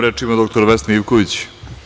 Reč ima dr Vesna Ivković.